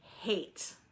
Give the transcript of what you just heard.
hate